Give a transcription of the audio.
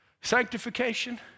sanctification